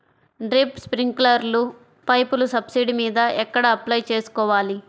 Drip, స్ప్రింకర్లు పైపులు subsidy మీద ఎక్కడ అప్లై చేసుకోవాలి?